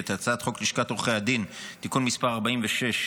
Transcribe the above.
את הצעת חוק לשכת עורכי הדין (תיקון מס' 46),